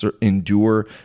endure